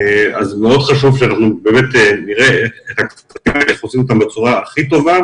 כך שמאוד חשוב שנראה איך הכספים האלה יחולקו בצורה הכי טובה